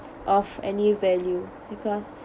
of any value because